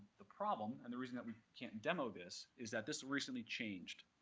the problem, and the reason that we can't demo this, is that this recently changed.